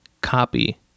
copy